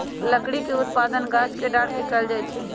लकड़ी के उत्पादन गाछ के डार के कएल जाइ छइ